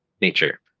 nature